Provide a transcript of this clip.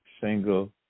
single